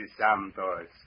Santos